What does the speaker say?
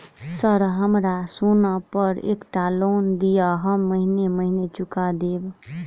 Sir हमरा सोना पर एकटा लोन दिऽ हम महीने महीने चुका देब?